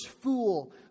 fool